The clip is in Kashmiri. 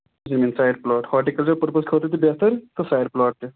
یِم یِم سایڈ پٕلاٹ ہاٹیٖکَلچر پٔرپَز خٲطرٕ تہِ بہتر تہٕ سایڈ پٕلاٹ تہِ